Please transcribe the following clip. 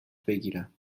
بگیرم